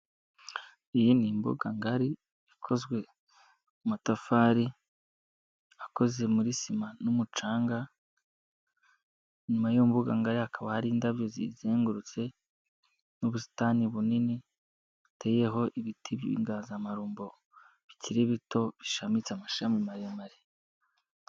Iyi ni imbuganga ngari ikozwe mu matafari akoze muri sima n'umucanga, nyuma y'imbuga hakaba hari indabyo zizengurutse, n'ubusitani bunini buteyeho ibiti by'inganzamarumbo bikiri bito, bishamitse amashami maremare.